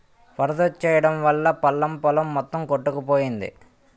వరదొచ్చెయడం వల్లా పల్లం పొలం మొత్తం కొట్టుకుపోయింది